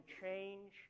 change